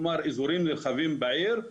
כלומר, אזורים נרחבים בעיר.